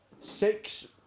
six